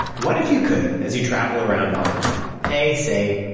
what if you could, as you travel around online, pay, say,